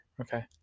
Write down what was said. Okay